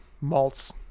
malts